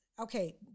okay